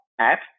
app